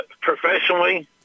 professionally